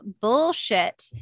bullshit